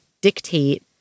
dictate